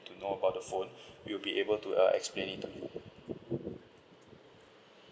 to know about the phone we'll be able to uh explain it to you